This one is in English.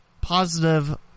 positive